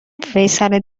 فیصله